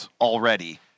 already